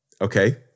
Okay